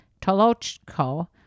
Tolochko